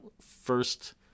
first